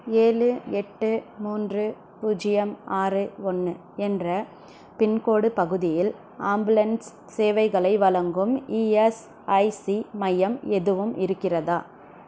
ஏழு எட்டு மூன்று பூஜ்ஜியம் ஆறு ஒன்று என்ற பின்கோட் பகுதியில் ஆம்புலன்ஸ் சேவைகளை வழங்கும் இஎஸ்ஐசி மையம் எதுவும் இருக்கிறதா